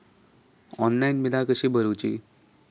Online बिला कशी भरूची?